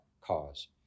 cause